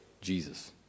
Jesus